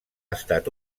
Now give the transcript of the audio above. estat